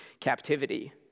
captivity